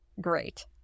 great